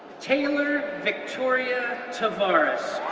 taylor victoria tavares,